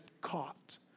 caught